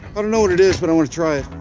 i don't know what it is but i want to try it.